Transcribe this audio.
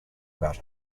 about